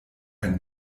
ein